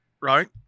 right